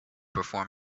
perform